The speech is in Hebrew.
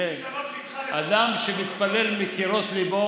אדם שמתפלל מקירות ליבו,